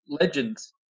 legends